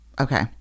Okay